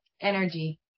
energy